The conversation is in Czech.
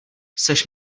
seš